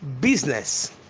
business